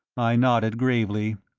i nodded gravely.